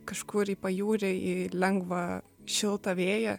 kažkur į pajūrį į lengvą šiltą vėją